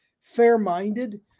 fair-minded